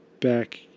back